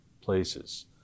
places